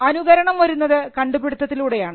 അനുകരണം വരുന്നത് കണ്ടുപിടുത്തത്തിലൂടെയാണ്